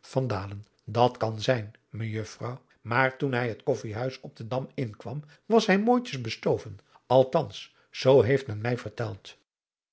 van dalen dat kan zijn mejuffrouw maar toen hij het koffijhuis op den dam inkwam was hij mooitjes bestoven althans zoo heeft men mij verteld